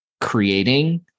creating